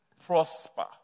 prosper